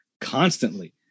constantly